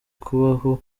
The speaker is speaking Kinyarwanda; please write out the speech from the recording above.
kubaho